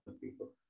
people